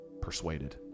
persuaded